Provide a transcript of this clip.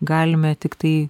galime tiktai